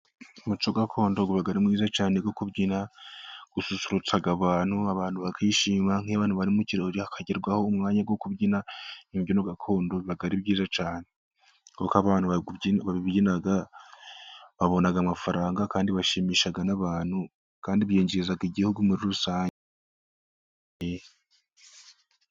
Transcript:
Umuco gakondo uba ari mwiza cyane nko kubyina, ususurutsa abantu abantu bakishima nk'iyo abantu bari mu barirori hakagerwaho umwanya wo kubyina imbyino gakondo biba ari byiza cyane kuko abantu babibyina babona amafaranga kandi bashimisha n'abantu, ikindi kandi binyinjiriza igihugu muri rusange.